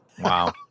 Wow